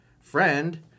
friend